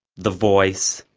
the voice,